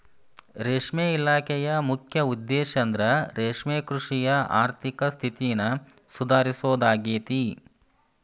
ರೇಷ್ಮೆ ಇಲಾಖೆಯ ಮುಖ್ಯ ಉದ್ದೇಶಂದ್ರ ರೇಷ್ಮೆಕೃಷಿಯ ಆರ್ಥಿಕ ಸ್ಥಿತಿನ ಸುಧಾರಿಸೋದಾಗೇತಿ